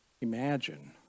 Imagine